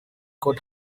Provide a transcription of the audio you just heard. coat